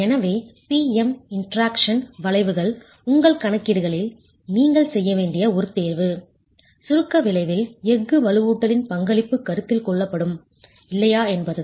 எனவே P M interaction வளைவுகள் உங்கள் கணக்கீடுகளில் நீங்கள் செய்ய வேண்டிய ஒரு தேர்வு சுருக்க விளைவில் எஃகு வலுவூட்டலின் பங்களிப்பு கருத்தில் கொள்ளப்படுமா இல்லையா என்பதுதான்